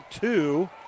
two